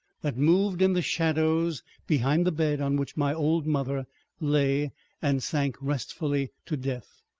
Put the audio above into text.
that moved in the shadows behind the bed on which my old mother lay and sank restfully to death.